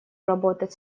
работать